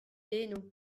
eno